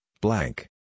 blank